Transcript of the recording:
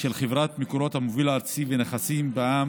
של חברת מקורות המוביל הארצי ונכסים בע"מ